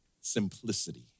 simplicity